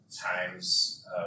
times